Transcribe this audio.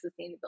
sustainability